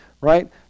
right